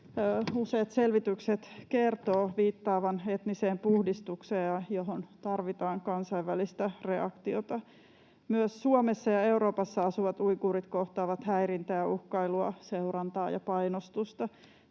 useat selvitykset kertovat viittaavan etniseen puhdistukseen, johon tarvitaan kansainvälistä reaktiota. Myös Suomessa ja Euroopassa asuvat uiguurit kohtaavat häirintää ja uhkailua, seurantaa ja painostusta.